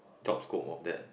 job scope of that